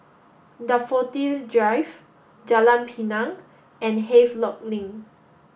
Daffodil Drive Jalan Pinang and Havelock Link